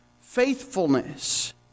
Faithfulness